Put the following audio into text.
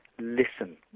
listen